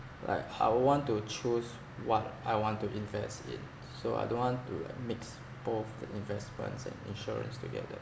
like I would want to choose what I want to invest in so I don't want to like mix both the investments and insurance together